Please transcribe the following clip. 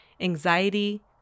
anxiety